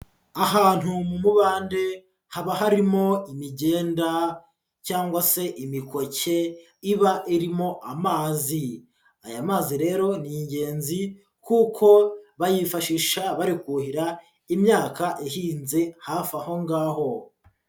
Ahantu mu mubande haba harimo imigenda cyangwa se imikoke iba irimo amazi, aya mazi rero ni ingenzi kuko bayifashisha bari kuhira imyaka ihinze hafi ahongaho.